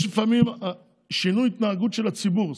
יש לפעמים שינוי התנהגות של הציבור.